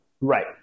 Right